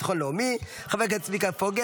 ותעבור לדיון לוועדת הפנים והגנת הסביבה